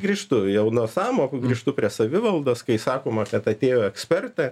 grįžtu jau nuo sąmokų grįžtu prie savivaldos kai sakoma kad atėjo ekspertė